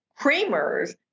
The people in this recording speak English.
creamers